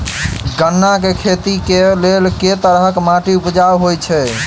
गन्ना केँ खेती केँ लेल केँ तरहक माटि उपजाउ होइ छै?